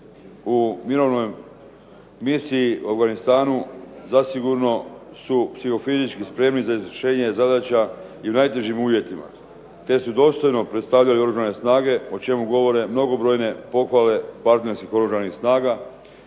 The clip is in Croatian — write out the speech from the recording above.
u mirovnoj misiji u Afganistanu zasigurno su psihofizički spremni za izvršenje zadaća i u najtežim uvjetima, te su dostojno predstavljali oružane snage, o čemu govore mnogobrojne pohvale partnerskih oružanih snaga,